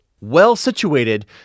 well-situated